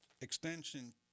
extension